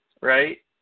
right